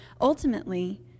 Ultimately